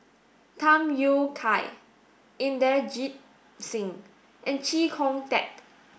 Tham Yui Kai Inderjit Singh and Chee Kong Tet